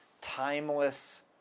timeless